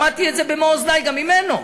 שמעתי את זה במו-אוזני גם ממנו,